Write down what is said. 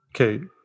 Okay